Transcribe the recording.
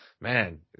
man